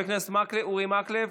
חבר הכנסת אורי מקלב,